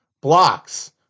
blocks